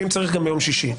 ואם צריך גם ביום שישי.